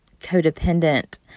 codependent